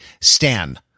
Stan